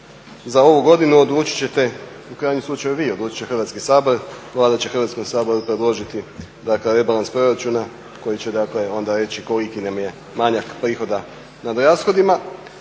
za ovu godinu odlučit ćete u krajnjem slučaju vi, odlučit će Hrvatski sabor. Vlada će Hrvatskom saboru predložiti dakle rebalans proračuna koji će dakle onda reći koliki nam je manjak prihoda nad rashodima.